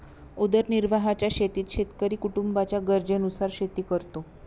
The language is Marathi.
उदरनिर्वाहाच्या शेतीत शेतकरी कुटुंबाच्या गरजेनुसार शेती करतो